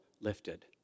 lifted